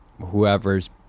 Whoever's